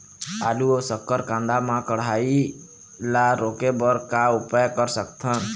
आलू अऊ शक्कर कांदा मा कढ़ाई ला रोके बर का उपाय कर सकथन?